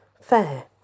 fair